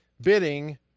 bidding